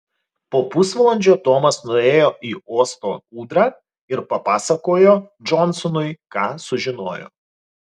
po pusvalandžio tomas nuėjo į uosto ūdrą ir papasakojo džonsonui ką sužinojo